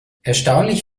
erstaunlich